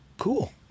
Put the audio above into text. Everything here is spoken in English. Cool